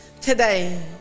Today